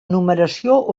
numeració